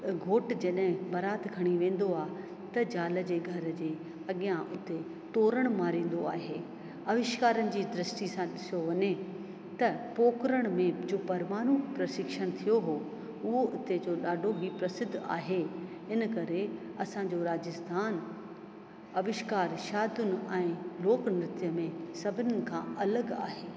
घोट जॾहिं बारात खणी वेंदो आहे त ज़ाल जे घर जी अॻियां उते तोरण मारींदो आहे अविष्कारनि जी दृष्टि सां ॾिसो वञे त पोकरण में जो परवानो प्रशिक्षण थियो हो उहो उते जो ॾाढो ई प्रसिद्ध आहे इन करे असांजो राजस्थान अविष्कार शादियुनि ऐं लोक नृत्य में सभिनि खां अलॻि आहे